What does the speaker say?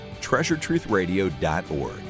treasuretruthradio.org